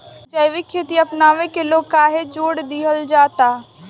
जैविक खेती अपनावे के लोग काहे जोड़ दिहल जाता?